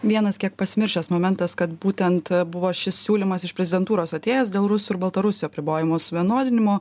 vienas kiek pasimiršęs momentas kad būtent buvo šis siūlymas iš prezidentūros atėjęs dėl rusų ir baltarusių apribojimo suvienodinimo